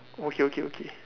okay okay okay